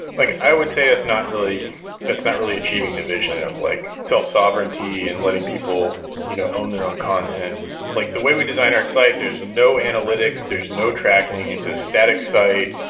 like i would say that's not really that's not really achieving the vision of like self-sovereignty and letting people you know own their own content like the way we design our site, there's no analytics, there's no tracking. it's a static site.